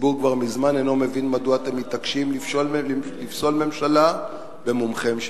הציבור כבר מזמן אינו מבין מדוע אתם מתעקשים לפסול ממשלה במומכם שלהם.